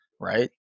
right